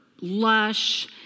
lush